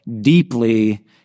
deeply